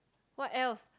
what else